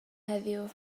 heddiw